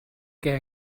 què